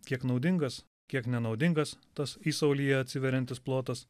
kiek naudingas kiek nenaudingas tas įsaulyje atsiveriantis plotas